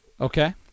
Okay